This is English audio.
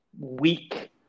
weak